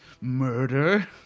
murder